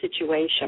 situation